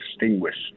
extinguished